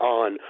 on